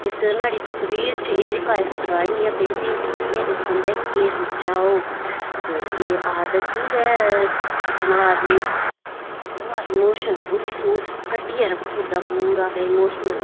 नुहाड़ी इक पेंटिंग बिच्च ड्राईंग जां पेंटिंग कीती दी इस बंदे केह् सोचे दा होग ते एह् आर्ट दे थ्रू गै अपना आदमी पूरा इमोशन कड्ढियै रक्खी ओड़दा पूरा इमोशनल